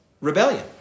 rebellion